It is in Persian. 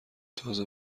تازه